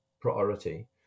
priority